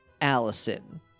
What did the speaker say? allison